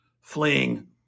fleeing